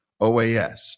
OAS